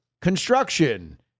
construction